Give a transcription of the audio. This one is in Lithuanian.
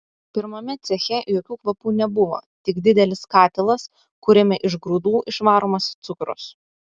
pirmame ceche jokių kvapų nebuvo tik didelis katilas kuriame iš grūdų išvaromas cukrus